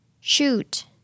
Shoot